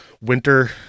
Winter